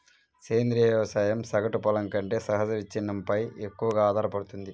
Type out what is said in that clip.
సేంద్రీయ వ్యవసాయం సగటు పొలం కంటే సహజ విచ్ఛిన్నంపై ఎక్కువగా ఆధారపడుతుంది